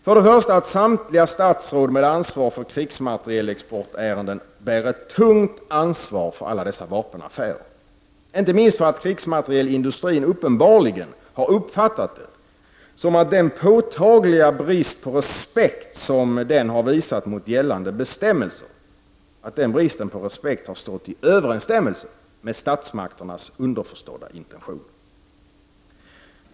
För det första bär samtliga statsråd med ansvar för krigsmaterielexportärenden ett tungt ansvar för vapenaffärerna, inte minst för att krigsmaterielindustrin uppenbarligen har uppfattat det som att den påtagliga brist på respekt som man visat mot gällande bestämmelser har stått i överensstämmelse med statsmakternas underförstådda intentioner.